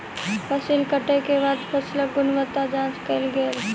फसिल कटै के बाद फसिलक गुणवत्ताक जांच कयल गेल